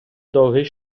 довгий